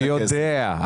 במחירים --- אני יודע.